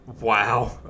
Wow